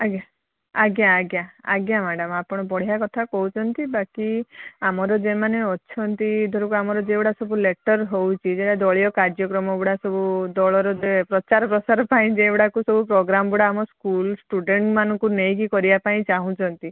ଆଜ୍ଞା ଆଜ୍ଞା ଆଜ୍ଞା ଆଜ୍ଞା ମ୍ୟାଡ଼ାମ୍ ଆପଣ ବଢ଼ିଆ କଥାକହୁଛନ୍ତି ବାକି ଆମର ଯେମାନେ ଅଛନ୍ତି ଧରକ ଆମର ଯେଗୁଡ଼ା ସବୁ ଲେଟର୍ ହେଉଛି ଯେଉରା ଦଳୀୟ କାର୍ଯ୍ୟକ୍ରମଗୁଡ଼ା ସବୁ ଦଳର ଯେ ପ୍ରଚାର ପ୍ରସାର ପାଇଁ ଯେଗୁଡ଼ାକ ସବୁ ପ୍ରୋଗ୍ରାମ୍ଗୁଡ଼ା ଆମ ସ୍କୁଲ୍ ଷ୍ଟୁଡେଣ୍ଟ୍ ମାନଙ୍କୁ ନେଇକି କରିବାପାଇଁ ଚାହୁଁଛନ୍ତି